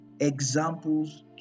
examples